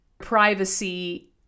privacy